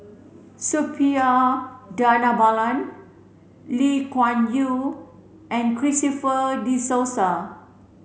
Suppiah Dhanabalan Lee Kuan Yew and Christopher De Souza